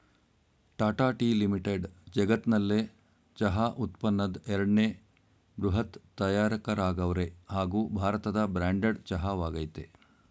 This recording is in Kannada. ಟಾಟಾ ಟೀ ಲಿಮಿಟೆಡ್ ಜಗತ್ನಲ್ಲೆ ಚಹಾ ಉತ್ಪನ್ನದ್ ಎರಡನೇ ಬೃಹತ್ ತಯಾರಕರಾಗವ್ರೆ ಹಾಗೂ ಭಾರತದ ಬ್ರ್ಯಾಂಡೆಡ್ ಚಹಾ ವಾಗಯ್ತೆ